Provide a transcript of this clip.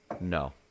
No